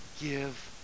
give